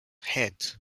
head